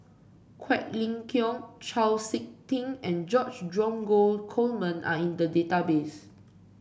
Quek Ling Kiong Chau SiK Ting and George Dromgold Coleman are in the database